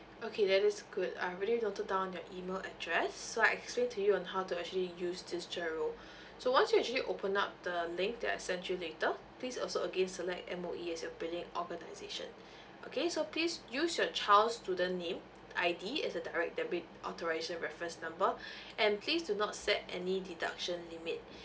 okay that is good I've already noted down your email address so I explain to you on how to actually use this GIRO so once you actually open up the link that I sent you later please also again select M_O_E as your billing organisation okay so please use your child's student name I_D as a direct debit authorisation reference number and please do not set any deduction limit